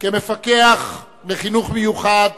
כמפקח לחינוך מיוחד